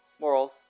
morals